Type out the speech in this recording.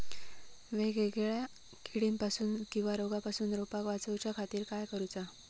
वेगवेगल्या किडीपासून किवा रोगापासून रोपाक वाचउच्या खातीर काय करूचा?